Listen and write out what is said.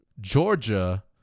Georgia